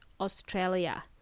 Australia